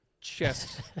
Chest